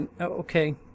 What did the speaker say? okay